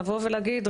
לבוא ולהגיד,